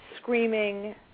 screaming